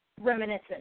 reminiscent